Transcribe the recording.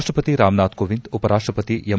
ರಾಷ್ಷಪತಿ ರಾಮ್ನಾಥ್ ಕೋವಿಂದ್ ಉಪರಾಷ್ಟಪತಿ ಎಂ